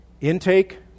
Intake